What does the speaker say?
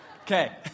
Okay